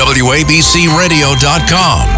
wabcradio.com